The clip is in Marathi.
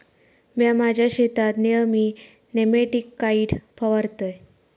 म्या माझ्या शेतात नेयमी नेमॅटिकाइड फवारतय